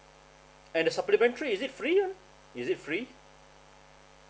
and the supplementary is it free one is it free